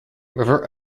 river